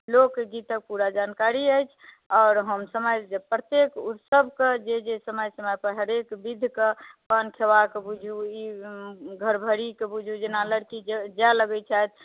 लोकगीतक हमरा जानकारी अछि आओर हम प्रत्येक उत्सव पर जे जे समय समय पर हरेक बुधके पान खुएबाक बिध घरभरी के बिध जेना लड़की जाय लागै छथि